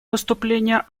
выступления